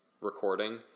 recording